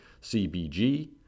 CBG